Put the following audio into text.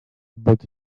but